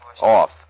Off